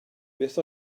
beth